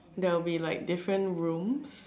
there will be like different rooms